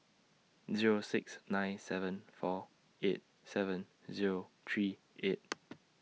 Zero six nine seven four eight seven Zero three eight